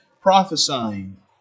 prophesying